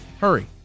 Hurry